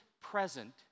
present